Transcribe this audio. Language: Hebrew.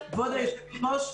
כבוד היושבת ראש.